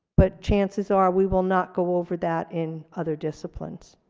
but chances are we will not go over that in other disciplines.